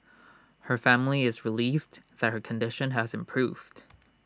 her family is relieved that her condition has improved